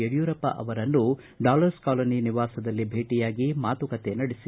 ಯಡಿಯೂರಪ್ಪ ಅವರನ್ನು Dollars Colony ನಿವಾಸದಲ್ಲಿ ಭೇಟಿಯಾಗಿ ಮಾತುಕತೆ ನಡೆಸಿದರು